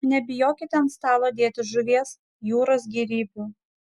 nebijokite ant stalo dėti žuvies jūros gėrybių